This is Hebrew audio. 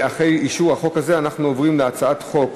אחרי אישור החוק הזה, אנחנו עוברים להצעת חוק